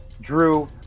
Drew